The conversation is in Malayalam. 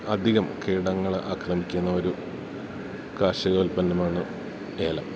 അധികം കീടങ്ങള് ആക്രമിക്കുന്ന ഒരു കാർഷികോൽപ്പന്നമാണ് ഏലം